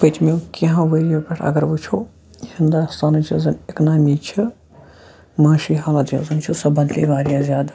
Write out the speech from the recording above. پٔتمیٛو کیٚنٛہو ؤرۍ یو پٮ۪ٹھ اَگر وُچھو ہنٛدوستانٕچ یۄس زَن اِکنوٛامی چھِ معاشی حالت یۄس زَن چھِ سۄ بَدلے واریاہ زیادٕ